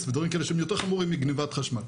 ודברים כאלה שהם יותר חמורים מגניבת חשמל,